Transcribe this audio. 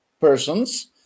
persons